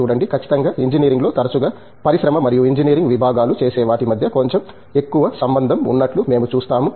చూడండి ఖచ్చితంగా ఇంజనీరింగ్లో తరచుగా పరిశ్రమ మరియు ఇంజనీరింగ్ విభాగాలు చేసే వాటి మధ్య కొంచెం ఎక్కువ సంబంధం ఉన్నట్లు మేము చూస్తాము